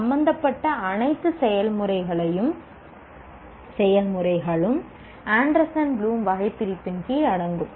சம்பந்தப்பட்ட அனைத்து செயல்முறைகளும் ஆண்டர்சன் ப்ளூம் வகைபிரிப்பின் கீழ் அடங்கும்